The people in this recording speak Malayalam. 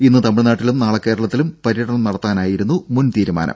ഇന്ന് തമിഴ്നാട്ടിലും നാളെ കേരളത്തിലും പര്യടനം നടത്താനായിരുന്നു മുൻ തീരുമാനം